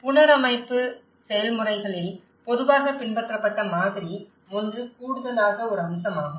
எனவே புனரமைப்பு செயல்முறைகளில் பொதுவாக பின்பற்றப்பட்ட மாதிரி ஒன்று கூடுதலாக ஒரு அம்சமாகும்